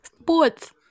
sports